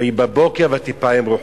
ויהי בבוקר ותיפעם רוחו.